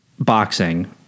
Boxing